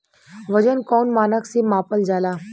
वजन कौन मानक से मापल जाला?